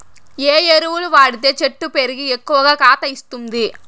ఏ ఎరువులు వాడితే చెట్టు పెరిగి ఎక్కువగా కాత ఇస్తుంది?